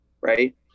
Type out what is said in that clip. right